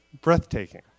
breathtaking